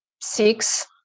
six